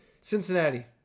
Cincinnati